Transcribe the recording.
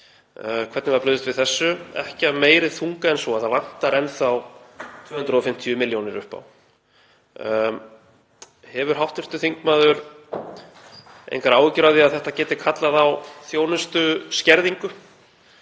Hvernig var brugðist við þessu? Ekki af meiri þunga en svo að það vantar enn þá 250 milljónir upp á. Hefur hv. þingmaður engar áhyggjur af því að þetta geti kallað á þjónustuskerðingu